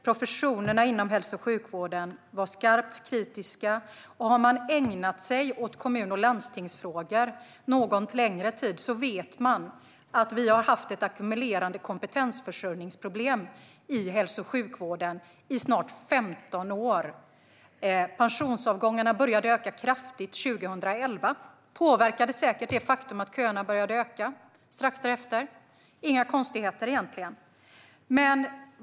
Professionerna inom hälso och sjukvården var skarpt kritiska. Den som har ägnat sig åt kommun och landstingsfrågor någon längre tid vet dessutom att vi har haft ett ackumulerande kompetensförsörjningsproblem i hälso och sjukvården i snart 15 år. Pensionsavgångarna började att öka kraftigt 2011, vilket säkert påverkade det faktum att köerna strax därefter började bli längre. Det är egentligen inga konstigheter.